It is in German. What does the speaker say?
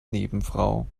nebenfrau